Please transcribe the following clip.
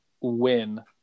win